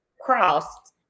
Cross